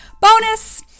bonus